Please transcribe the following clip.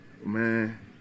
Man